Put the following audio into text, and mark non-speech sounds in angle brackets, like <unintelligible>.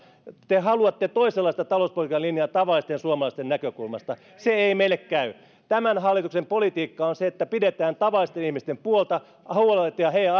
te haluatte toisenlaista talouspolitiikan linjaa tavallisten suomalaisten näkökulmasta se ei meille käy tämän hallituksen politiikka on se että pidetään tavallisten ihmisten puolta huolehditaan heidän <unintelligible>